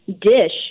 dish